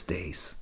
Days